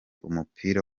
umupira